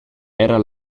era